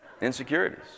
insecurities